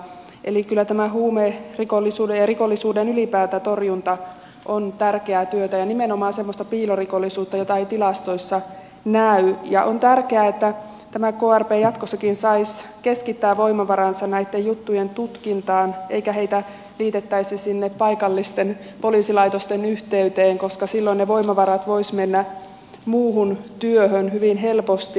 eli kyllä tämä huumerikollisuuden ja ylipäätään rikollisuuden torjunta on tärkeää työtä ja nimenomaan semmoisen piilorikollisuuden jota ei tilastoissa näy ja on tärkeää että tämä krp jatkossakin saisi keskittää voimavaransa näitten juttujen tutkintaan eikä heitä liitettäisi sinne paikallisten poliisilaitosten yhteyteen koska silloin ne voimavarat voisivat mennä muuhun työhön hyvin helposti